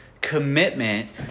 commitment